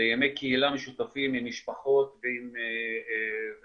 לימי קהילה משותפים עם משפחות וביישובים